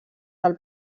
del